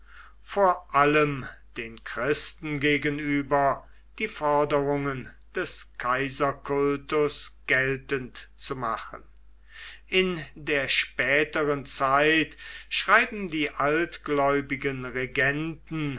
vor allem den christen gegenüber die forderungen des kaiserkultus geltend zu machen in der späteren zeit schreiben die altgläubigen regenten